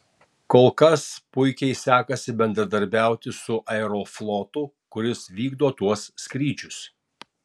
kol kas puikiai sekasi bendradarbiauti su aeroflotu kuris vykdo tuos skrydžius